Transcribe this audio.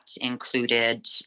included